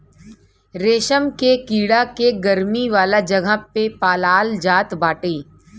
रेशम के कीड़ा के गरमी वाला जगह पे पालाल जात बाटे